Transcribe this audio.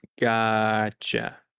Gotcha